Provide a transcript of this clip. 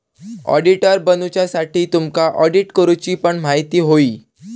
auditor बनुच्यासाठी तुमका audit करूची पण म्हायती होई